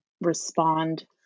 respond